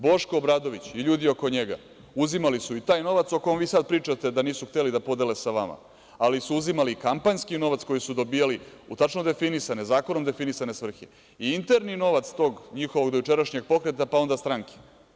Boško Obradović i ljudi oko njega uzimali su i taj novac o kome vi sada pričate da nisu hteli da podele sa vama, ali su uzimali i kampanjski novac koji su dobijali u tačno zakonom definisane svrhe i interni novac tog njihovog dojučerašnjeg pokreta, pa onda stranke.